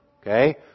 Okay